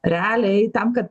realiai tam kad